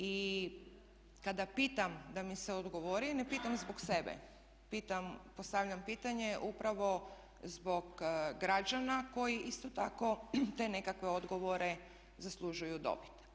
I kada pitam da mi se odgovori ne pitam zbog sebe, pitam, postavljam pitanje upravo zbog građana koji isto tako te nekakve odgovore zaslužuju dobiti.